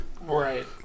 Right